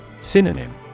Synonym